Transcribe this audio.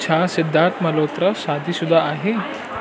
छा सिद्धार्थ मल्होत्रा शादीशुदा आहे